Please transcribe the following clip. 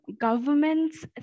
governments